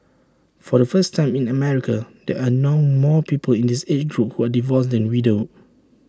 for the first time in America there are now more people in this age group who are divorced than widowed